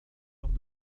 fort